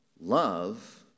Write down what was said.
Love